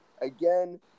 again